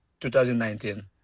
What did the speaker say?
2019